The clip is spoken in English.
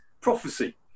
prophecy